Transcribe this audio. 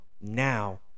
Now